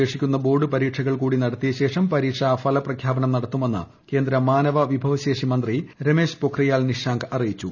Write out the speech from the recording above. ശേഷിക്കുന്ന ബോർഡ് പരീക്ഷകൾ കൂടി നടത്തിയ ശേഷം പരീക്ഷാ്ഫല്പ്രഖ്യാപനം നടത്തുമെന്ന് കേന്ദ്ര മാനവവിഭവശേഷി മുന്ത്രി രമേശ് പൊഖ്രിയാൽ നിഷാങ്ക് അറിയിച്ചു